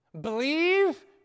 Believe